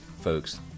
folks